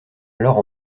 alors